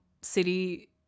city